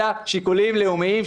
אלא שיקולים לאומיים,